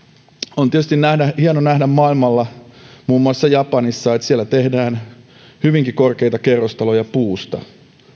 on tietysti hienoa nähdä että maailmalla muun muassa japanissa tehdään hyvinkin korkeita kerrostaloja puusta